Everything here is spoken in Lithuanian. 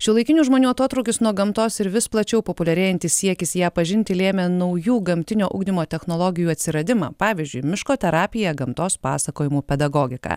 šiuolaikinių žmonių atotrūkis nuo gamtos ir vis plačiau populiarėjantis siekis ją pažinti lėmė naujų gamtinio ugdymo technologijų atsiradimą pavyzdžiui miško terapija gamtos pasakojimų pedagogika